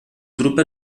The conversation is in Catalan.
drupa